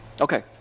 Okay